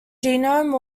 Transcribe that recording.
genome